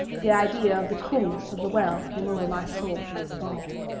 the idea of the coolness of the well came over my soul like balm.